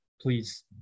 please